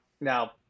Now